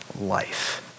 life